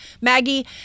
Maggie